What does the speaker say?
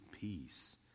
peace